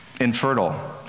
infertile